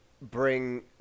Bring